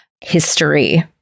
history